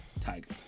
Tiger